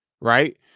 right